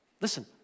Listen